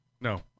No